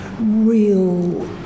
real